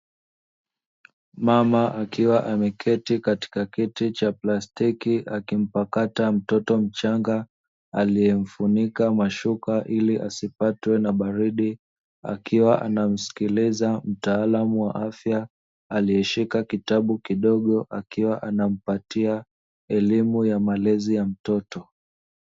Mama akiwa ameketi katika kiti cha plastiki akimpakata mtoto mchanga, aliyemfunika mashuka ili asipatwe na baridi, akiwa anamsikiliza mtaalamu wa afya, aliyeshika kitabu kidogo akiwa anampatia elimu ya malezi ya mtoto.